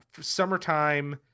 summertime